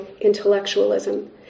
intellectualism